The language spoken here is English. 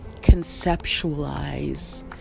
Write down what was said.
conceptualize